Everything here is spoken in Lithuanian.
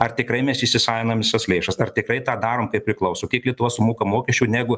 ar tikrai mes įsisavinam visas lėšas ar tikrai tą darom kaip priklauso kiek lietuva sumoka mokesčių negu